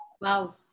Wow